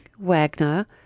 Wagner